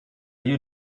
you